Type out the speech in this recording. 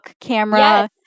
camera